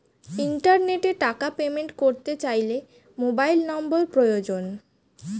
ইন্টারনেটে টাকা পেমেন্ট করতে চাইলে মোবাইল নম্বর প্রয়োজন